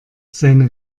seine